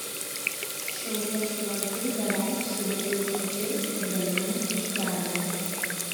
šiauriečių lankai beveik sulig jais pačiais ir gaminami iš beržo